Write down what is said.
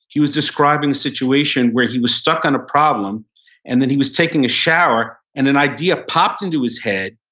he was describing situation where he was stuck on a problem and then he was taking a shower, and an idea popped into his head.